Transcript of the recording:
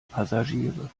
passagiere